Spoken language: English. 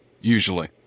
Usually